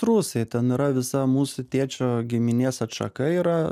rusai ten yra visa mūsų tėčio giminės atšaka yra